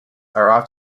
are